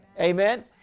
Amen